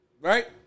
Right